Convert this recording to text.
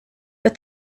but